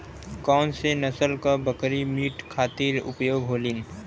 कौन से नसल क बकरी मीट खातिर उपयोग होली?